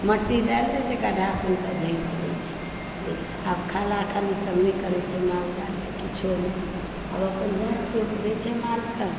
मट्टी डालि दै छै गढ्ढा खूनि कऽ झाँपि दै छै आब खाला खाली सब नहि करैत छै माल जालके किछु नहि आब अपन झाँपि तोपि दै छै मालके